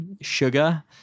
sugar